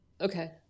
Okay